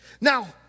Now